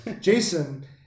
Jason